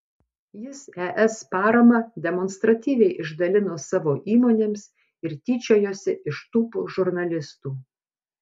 jis es paramą demonstratyviai išdalino savo įmonėms ir tyčiojosi iš tūpų žurnalistų